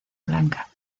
blanca